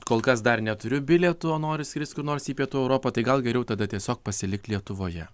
kol kas dar neturiu bilietų o noriu skrist kur nors į pietų europą tai gal geriau tada tiesiog pasilikt lietuvoje